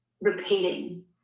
repeating